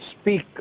speak